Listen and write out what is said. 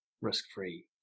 risk-free